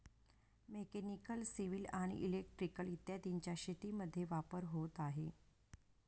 mechanical, civil आणि electrical इत्यादींचा शेतीमध्ये वापर होत आहे